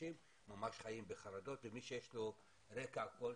אנשים ממש חיים בחרדות ומי שיש לו רקע כלשהו,